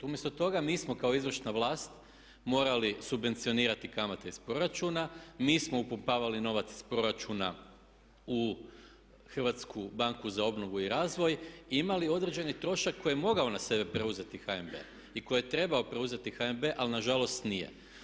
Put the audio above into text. Umjesto toga mi smo kao izvršna vlast morali subvencionirati kamate iz proračuna, mi smo upumpavali novac iz proračuna u Hrvatsku banku za obnovu i razvoj i imali određeni trošak koji je mogao na sebe preuzeti HNB i koji je trebao preuzeti HNB, ali na žalost nije.